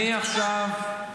אני באמת שואלת.